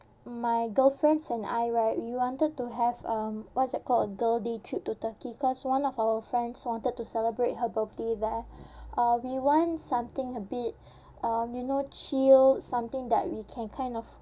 my girlfriends and I right we wanted to have um what's that called girl day trip to turkey because one of our friends wanted to celebrate her birthday there uh we want something a bit uh you know chill something that we can kind of